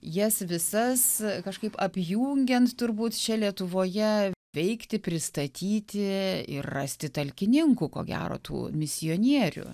jas visas kažkaip apjungiant turbūt čia lietuvoje veikti pristatyti ir rasti talkininkų ko gero tų misionierių